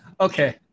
Okay